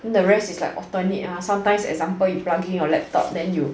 then the rest is like alternate ah sometimes you example you plug in your laptop then you